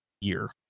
year